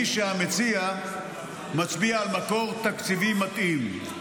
שהמציע מצביע על מקור תקציבי מתאים.